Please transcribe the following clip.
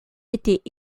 était